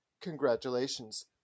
congratulations